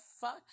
fuck